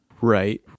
Right